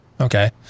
okay